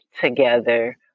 together